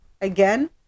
again